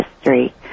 history